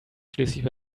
schließlich